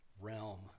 realm